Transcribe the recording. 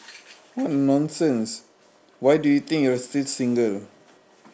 what nonsense why do you think you are still single